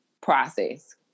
process